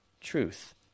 truth